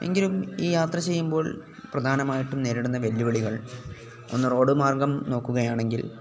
എങ്കിലും ഈ യാത്ര ചെയ്യുമ്പോൾ പ്രധാനമായിട്ടും നേരിടുന്ന വെല്ലുവിളികൾ ഒന്ന് റോഡ് മാർഗ്ഗം നോക്കുകയാണെങ്കിൽ